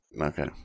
Okay